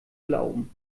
glauben